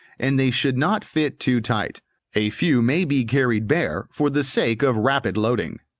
and they should not fit too tight a few may be carried bare, for the sake of rapid loading.